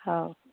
ହଉ